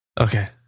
Okay